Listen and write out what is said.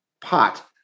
pot